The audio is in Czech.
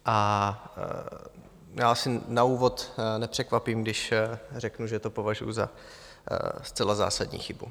Asi na úvod nepřekvapím, když řeknu, že to považuji za zcela zásadní chybu.